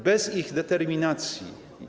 Bez ich determinacji.